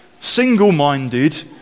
single-minded